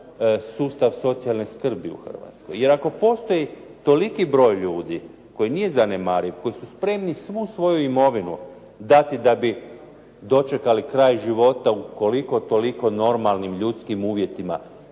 sustav socijalne skrbi u Hrvatskoj. Jer ako postoji toliki broj ljudi koji nije zanemariv, koji su spremni svu svoju imovinu dati da bi dočekali kraj života u koliko-toliko normalnim ljudskim uvjetima,